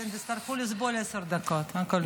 אתם תצטרכו לסבול עשר דקות, הכול בסדר.